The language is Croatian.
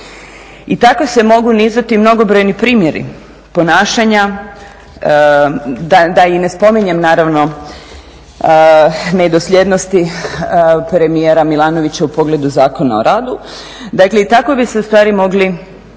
I tako se mogu nizati mnogobrojni primjeri ponašanja, da i ne spominjem naravno nedosljednosti premijera Milanovića u pogledu Zakona o radu. Dakle, i tako bi se ustvari mogli